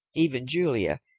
even julia,